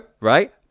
right